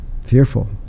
Fearful